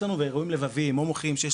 אירועים לבביים או אירועים מוחיים שיש